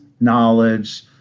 knowledge